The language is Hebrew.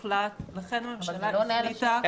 אבל זה לא עונה על השאלה.